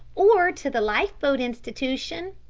or to the lifeboat institution.